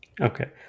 okay